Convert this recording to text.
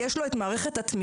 יש לו את מערכת התמיכה?